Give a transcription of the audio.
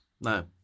No